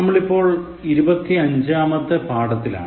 നമ്മൾ ഇപ്പോൾ ഇരുപത്തഞ്ചാത്തെ പാഠത്തിലാണ്